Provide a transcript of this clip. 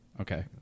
Okay